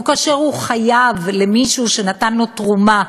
או כאשר הוא חייב למישהו שנתן לו תרומה,